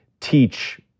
teach